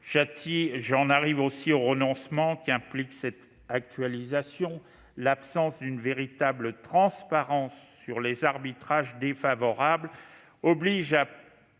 J'en arrive aux renoncements qu'implique cette actualisation. L'absence d'une véritable transparence sur les arbitrages défavorables nous oblige à